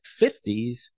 50s